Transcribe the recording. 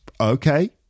Okay